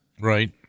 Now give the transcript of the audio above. Right